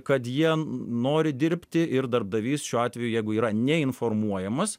kad jie nori dirbti ir darbdavys šiuo atveju jeigu yra neinformuojamas